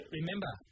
Remember